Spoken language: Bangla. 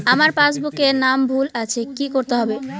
আমার পাসবুকে নাম ভুল আছে কি করতে হবে?